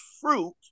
fruit